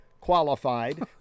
qualified